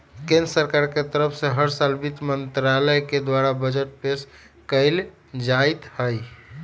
केन्द्र सरकार के तरफ से हर साल वित्त मन्त्रालय के द्वारा बजट पेश कइल जाईत हई